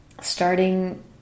starting